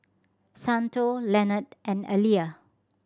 Santo Leonard and Elia